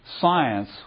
science